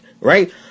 right